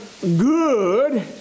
good